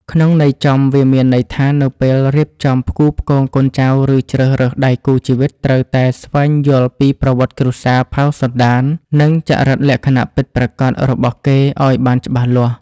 ក្នុងន័យចំវាមានន័យថា នៅពេលរៀបចំផ្គូផ្គងកូនចៅ ឬជ្រើសរើសដៃគូជីវិត ត្រូវតែស្វែងយល់ពីប្រវត្តិគ្រួសារ ផៅសន្តាន និងចរិតលក្ខណៈពិតប្រាកដរបស់គេ ឱ្យបានច្បាស់លាស់។